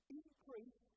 increase